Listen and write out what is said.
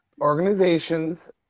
organizations